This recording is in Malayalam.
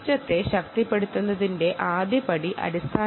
സിസ്റ്റത്തെ പവർചെയ്യുന്നതിന്റെ വിശദാംശങ്ങളിലേക്ക് ഞങ്ങൾ കടക്കുന്നില്ല